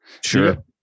Sure